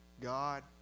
God